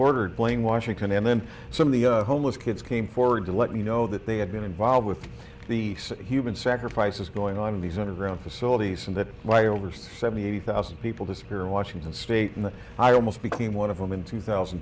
bordered playing washington and then some of the homeless kids came forward to let me know that they had been involved with the sick human sacrifices going on in these underground facilities and that my over seventy eighty thousand people disappear in washington state and i almost became one of them in two thousand